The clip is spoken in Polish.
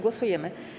Głosujemy.